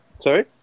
Sorry